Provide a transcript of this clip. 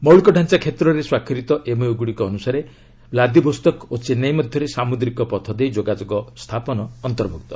ମୌଳିକ ଡାଞ୍ଚା କ୍ଷେତ୍ରରେ ସ୍ୱାକ୍ଷରିତ ଏମ୍ଓୟୁ ଗୁଡ଼ିକ ଅନୁସାରେ ଭ୍ଲାଦିବୋସ୍ତକ ଓ ଚେନ୍ନାଇ ମଧ୍ୟରେ ସାମୁଦ୍ରିକ ପଥ ଦେଇ ଯୋଗାଯୋଗ ସ୍ଥାପନ ଅନ୍ତର୍ଭୁକ୍ତ